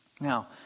Now